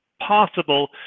possible